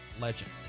Legend